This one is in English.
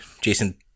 Jason